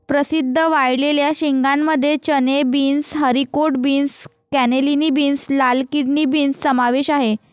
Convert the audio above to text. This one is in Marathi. प्रसिद्ध वाळलेल्या शेंगांमध्ये चणे, beans, haricot beans, cannellini beans, लाल किडनी बीन्स समावेश आहे